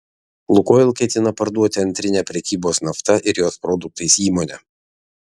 lukoil ketina parduoti antrinę prekybos nafta ir jos produktais įmonę